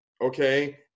Okay